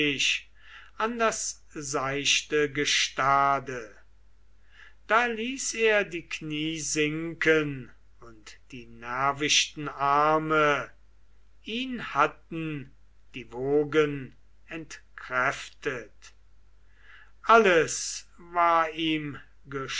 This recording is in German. an das seichte gestade da ließ er die kniee sinken und die nervichten arme ihn hatten die wogen entkräftet alles war ihm